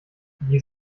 die